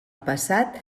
passat